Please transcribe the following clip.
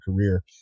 career